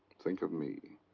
think of me.